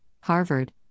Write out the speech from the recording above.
Harvard